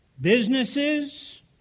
Businesses